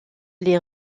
les